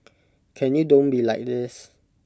can you don't be like this